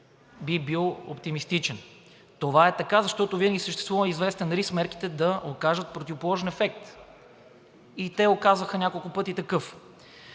би бил оптимистичен. Това е така, защото винаги съществува известен риск мерките да окажат противоположен ефект и те няколко пъти оказаха